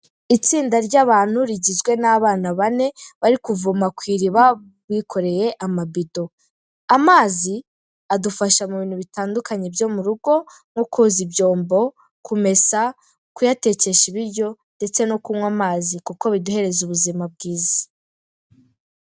Itsinda ry'abantu rigizwe n'abana bane bari kuvoma ku iriba bikoreye amabido. amazi adufasha mu bintu bitandukanye byo mu rugo nko koza ibyombo, kumesa, kuyatekesha ibiryo ndetse no kunywa amazi kuko biduhereza ubuzima bwiza.